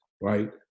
right